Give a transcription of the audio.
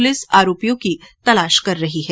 police आरोपियों की तलाश कर रही है